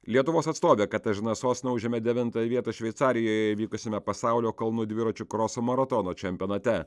lietuvos atstovė katažina sosna užėmė devintąją vietą šveicarijoje įvykusiame pasaulio kalnų dviračių kroso maratono čempionate